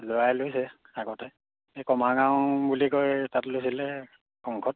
লৰাই লৈছে আগতে এই কমাৰ গাঁও বুলি কয় তাত লৈছিলে সংঘত